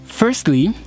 Firstly